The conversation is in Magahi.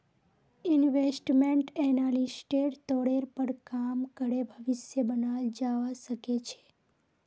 इन्वेस्टमेंट एनालिस्टेर तौरेर पर काम करे भविष्य बनाल जावा सके छे